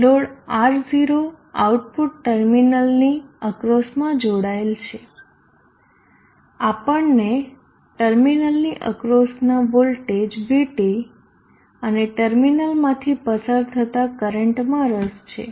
load R0 output ટર્મિનલની અક્રોસમાં જોડાયેલ છે આપણને ટર્મિનલની અક્રોસના વોલ્ટેજ VT અને ટર્મિનલમાંથી પસાર થતા કરંટમાં રસ છે